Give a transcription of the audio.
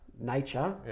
nature